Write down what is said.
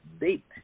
date